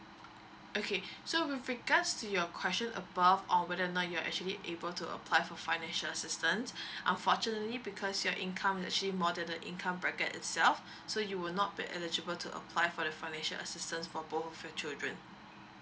okay so with regards to your question above whether or not you're actually able to apply for financial assistance unfortunately because your income is actually more than the income bracket itself so you will not be eligible to apply for the financial assistance for both of your children